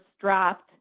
dropped